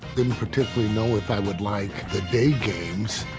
didn't particularly know if i would like the day games,